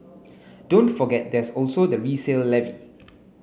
don't forget there's also the resale levy